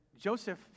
Joseph